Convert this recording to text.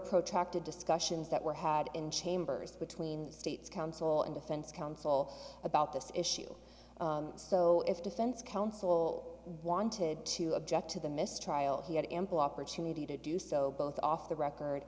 protracted discussions that were had in chambers between states counsel and defense counsel about this issue so its defense counsel wanted to object to the mistrial he had ample opportunity to do so both off the record